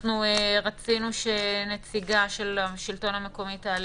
רצינו לשמוע נציגה של השלטון המקומי מן